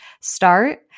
start